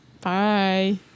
bye